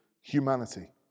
humanity